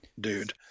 dude